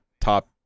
top